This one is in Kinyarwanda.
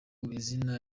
izina